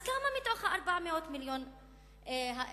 אז כמה מתוך ה-400 מיליון האלה